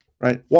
right